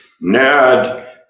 Ned